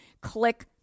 Click